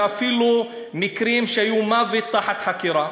ואפילו במקרים של מוות תחת חקירה,